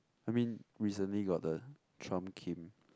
I mean recently got the trump kim